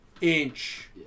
inch